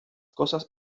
cosas